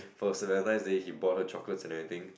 for Valentine Day he bought her chocolates and everything